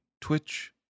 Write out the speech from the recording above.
Twitch